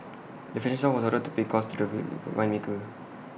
the fashion house was ordered to pay costs to the winemaker